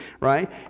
right